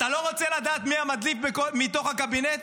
אתה אני לא רוצה לדעת מי המדליף מתוך הקבינט?